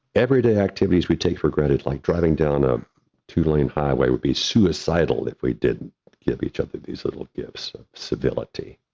everyday activities we take for granted like driving down a two-lane highway would be suicidal if we didn't give each other these little gifts, civility.